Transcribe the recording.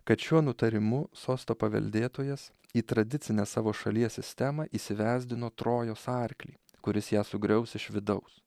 kad šiuo nutarimu sosto paveldėtojas į tradicinę savo šalies sistemą įsivesdino trojos arklį kuris ją sugriaus iš vidaus